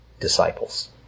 disciples